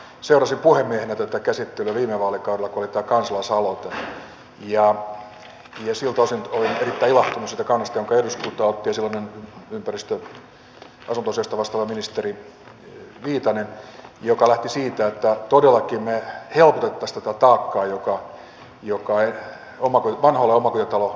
seurasin puhemiehenä tätä käsittelyä viime vaalikaudella kun oli tämä kansalaisaloite ja siltä osin olen erittäin ilahtunut siitä kannasta jonka eduskunta otti ja silloinen ympäristö ja asuntoasioista vastaava ministeri viitanen joka lähti siitä että todellakin helpotettaisiin tätä taakkaa joka vanhoissa omakotitaloissa asuvilla on